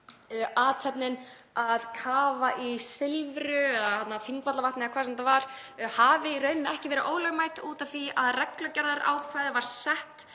athöfnin að kafa í Silfru eða Þingvallavatni eða hvað sem þetta var, hafi í rauninni ekki verið ólögmæt út af því að reglugerðarákvæðið var sett